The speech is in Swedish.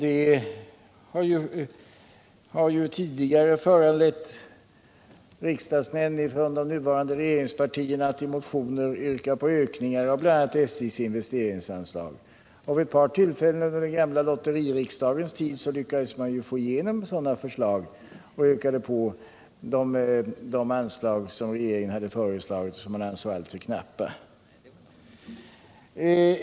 Det har tidigare föranlett riksdagsmän från de nuvarande regeringspartierna att i motioner yrka på ökningar av bl.a. SJ:s investeringsanslag. Under den gamla ”lotteririksdagens” tid lyckades man vid ett par tillfällen få igenom sådana förslag och ökade därmed på de anslag som regeringen hade föreslagit och som man ansåg vara alltför knappa.